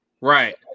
right